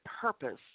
purpose